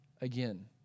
again